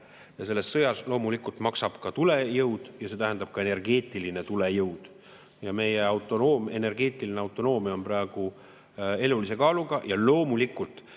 Selles sõjas loomulikult maksab ka tulejõud, see tähendab ka energeetiline tulejõud. Meie energeetiline autonoomia on praegu elulise kaaluga. Ja loomulikult,